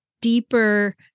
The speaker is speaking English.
deeper